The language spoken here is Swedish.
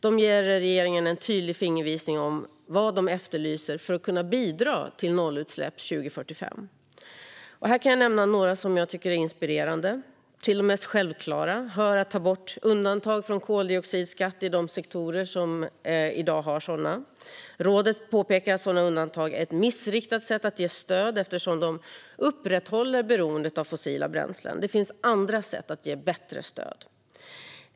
De ger regeringen en tydlig fingervisning om vad de efterlyser för att kunna bidra till nollutsläpp 2045. Här kan jag nämna några förslag som jag tycker är inspirerande. Till de mest självklara hör förslaget om att ta bort undantag från koldioxidskatt i de sektorer som i dag har sådana. Rådet påpekar att sådana undantag är ett missriktat sätt att ge stöd, eftersom de upprätthåller beroendet av fossila bränslen. Det finns andra sätt att ge bättre stöd.